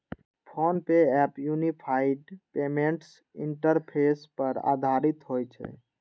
PhonePe app unified payments interface पर आधारित होइ छै